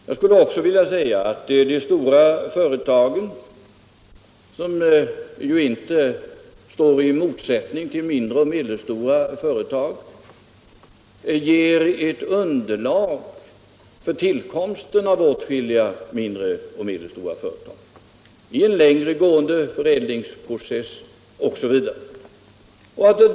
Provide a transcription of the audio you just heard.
Jag skulle också vilja säga att de stora företagen — som ju inte står i motsättning till mindre och medelstora — ger underlag för tillkomsten av åtskilliga mindre och medelstora företag i en längre gående förädlingsprocess m.m.